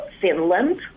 Finland